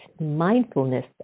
mindfulness